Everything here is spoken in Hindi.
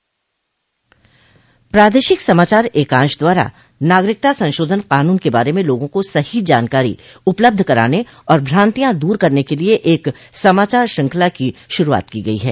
प्रादेशिक समाचार एकांश द्वारा नागरिकता संशोधन कानून के बारे में लोगों को सही जानकारी उपलब्ध कराने और भ्रांतियां दूर करने के लिए एक समाचार श्रृंखला की शूरूआत की गयी है